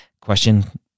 question